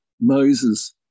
Moses